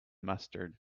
mustard